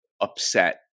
upset